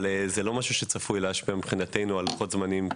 אבל זה לא משהו שצפוי כמעט בכלל להשפיע מבחינתנו על לוחות הזמנים,